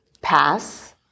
pass